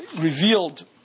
Revealed